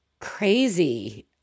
crazy